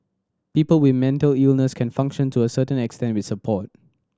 people with mental illness can function to a certain extent with support